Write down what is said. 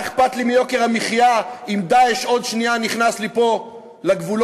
מה אכפת לי מיוקר המחיה אם "דאעש" עוד שנייה נכנס לי פה לגבולות,